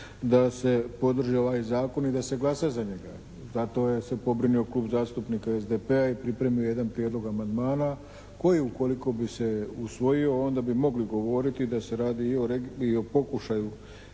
da se podrži ovaj Zakon i da se glasa za njega. Za to je se pobrinuo Klub zastupnika SDP-a i pripremio je jedan prijedlog amandmana koji ukoliko bi se usvojio onda bi mogli govoriti da se radi i o pokušaju